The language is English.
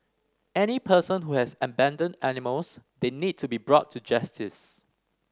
any person who has abandoned animals they need to be brought to justice